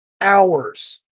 hours